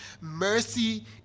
mercy